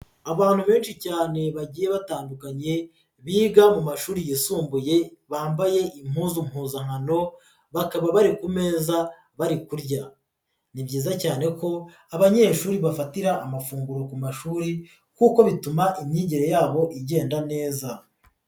Abantu benshi cyane bagiye batandukanye biga mu mashuri yisumbuye bambaye impundu mpuzankano bakaba bari ku meza bari kurya, ni byiza cyane ko abanyeshuri bafatira amafunguro ku mashuri kuko bituma imyigire yabo igenda neza.